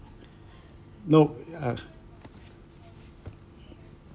no uh